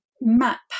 map